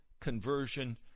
conversion